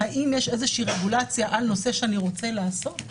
האם יש איזו רגולציה על נושא שאני רוצה לעסוק בו?